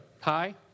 hi